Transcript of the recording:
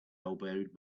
elbowed